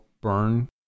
burn